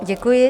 Děkuji.